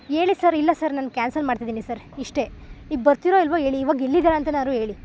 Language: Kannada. ಹೇಳಿ ಸರ್ ಇಲ್ಲ ಸರ್ ನಾನು ಕ್ಯಾನ್ಸಲ್ ಮಾಡ್ತಿದ್ದೀನಿ ಸರ್ ಇಷ್ಟೆ ಈಗ ಬರ್ತೀರೋ ಇಲ್ಲವೋ ಹೇಳಿ ಇವಾಗ ಎಲ್ಲಿದ್ದೀರಾ ಅಂತನಾದ್ರು ಹೇಳಿ